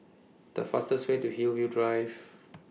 The fastest Way to Hillview Drive